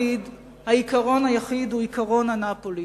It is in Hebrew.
העיקרון היחיד הוא עקרון אנאפוליס.